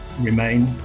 remain